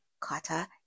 Carter